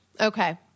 Okay